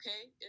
okay